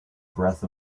breath